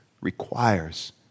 requires